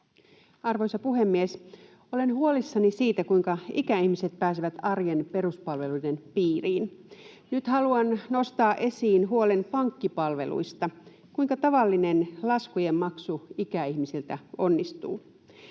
Arvoisa puhemies! Olen huolissani siitä, kuinka ikäihmiset pääsevät arjen peruspalveluiden piiriin. Nyt haluan nostaa esiin huolen pankkipalveluista, siitä, kuinka tavallinen laskujen maksu ikäihmisiltä onnistuu.